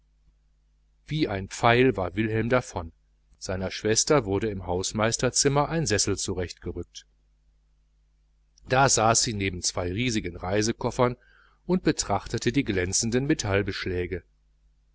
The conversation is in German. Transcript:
wie ein pfeil war wilhelm davon seiner schwester wurde im portierzimmer ein sessel zurecht gerückt da saß sie neben zwei riesigen reisekoffern und betrachtete die glänzenden